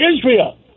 Israel